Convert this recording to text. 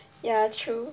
ya true